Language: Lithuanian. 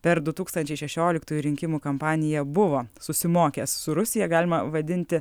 per du tūkstančiai šešioliktųjų rinkimų kampaniją buvo susimokęs su rusija galima vadinti